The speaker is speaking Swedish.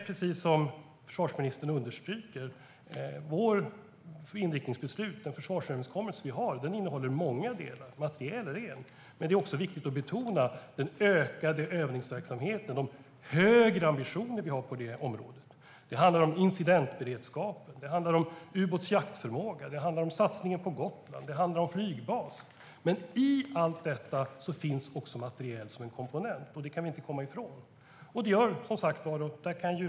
Precis som försvarsministern underströk innehåller vårt inriktningsbeslut och den försvarsöverenskommelse vi har många delar, varav materiel är en. Det är viktigt att betona den ökade övningsverksamheten och de högre ambitioner vi har på området. Det handlar om incidentberedskap, ubåtsjaktförmåga, satsningen på Gotland och flygbas. I allt detta finns också materiel som en komponent - det kan vi inte komma ifrån.